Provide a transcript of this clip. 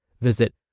Visit